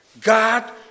God